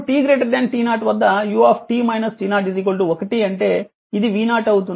ఇప్పుడు t t0 వద్ద u 1 అంటే ఇది v0 అవుతుంది